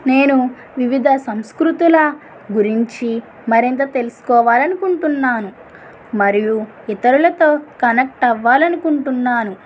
నేను వివిధ సంస్కృతుల గురించి మరింత తెలుసుకోవాలి అనుకుంటున్నాను మరియు ఇతరులతో కనెక్ట్ అవ్వాలి అనుకుంటున్నాను